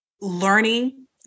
learning